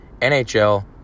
NHL